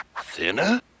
thinner